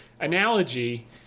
analogy